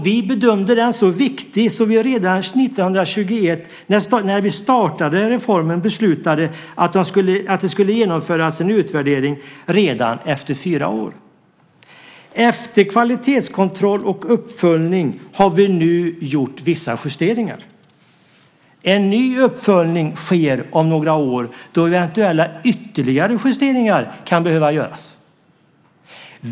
Vi bedömde den så viktig så vi redan 2001 när vi startade reformen beslutade att det skulle genomföras en utvärdering redan efter fyra år. Efter kvalitetskontroll och uppföljning har vi nu gjort vissa justeringar. En ny uppföljning sker om några år då eventuella ytterligare justeringar kan behöva göras.